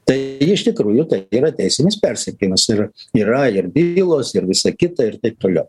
tai iš tikrųjų tai yra teisinis persekiojimas ir yra ir bylos ir visa kita ir taip toliau